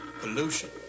pollution